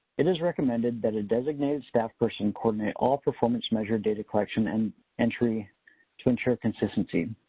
it is recommended that a designated staff person coordinate all performance measure data collection and entry to ensure consistency.